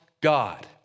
God